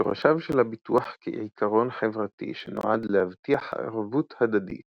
שורשיו של הביטוח כעקרון חברתי שנועד להבטיח ערבות הדדית